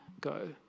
go